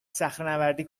صخرهنوردی